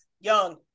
young